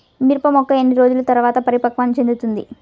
మిరప మొక్క ఎన్ని రోజుల తర్వాత పరిపక్వం చెందుతుంది?